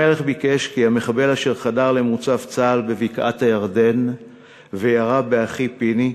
המלך ביקש כי המחבל אשר חדר למוצב צה"ל בבקעת-הירדן וירה באחי פיני,